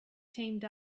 teamed